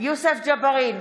יוסף ג'בארין,